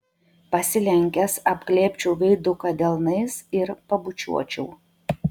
pasilenkęs apglėbčiau veiduką delnais ir pabučiuočiau